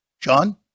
John